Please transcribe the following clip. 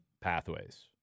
pathways